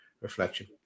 reflection